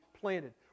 planted